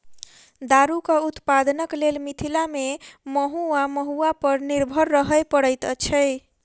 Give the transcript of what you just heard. दारूक उत्पादनक लेल मिथिला मे महु वा महुआ पर निर्भर रहय पड़ैत छै